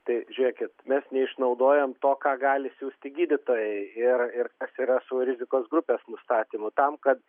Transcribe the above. tai žiūrėkit mes neišnaudojam to ką gali siųsti gydytojai ir ir kas yra su rizikos grupės nustatymu tam kad